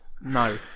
No